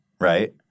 right